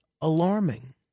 alarming